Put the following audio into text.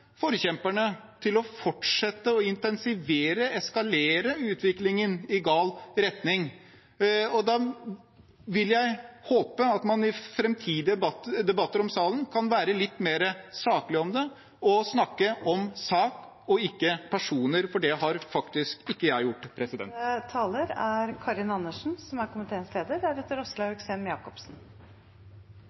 forkjemperne for å fortsette å intensivere og eskalere utviklingen i gal retning, og da vil jeg håpe at man i framtidige debatter i salen kan være litt mer saklig og snakke om sak og ikke personer, for det har faktisk ikke jeg gjort. Dette handler i hovedsak om å gi dem som